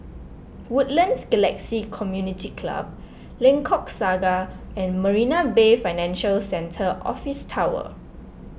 Woodlands Galaxy Community Club Lengkok Saga and Marina Bay Financial Centre Office Tower